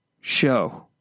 show